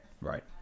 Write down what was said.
Right